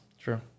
True